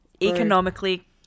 economically